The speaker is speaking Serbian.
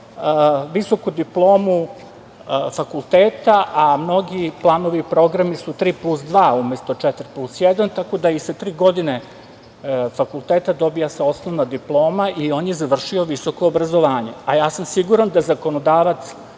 visoku diplomu fakulteta, a mnogi planovi i programi su tri plus dva umesto četiri plus jedan, tako da i sa tri godine fakulteta dobija se osnovna diploma i on je završio visoko obrazovanje. Siguran sam da zakonodavac